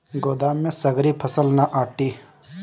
गोदाम में सगरी फसल ना आटी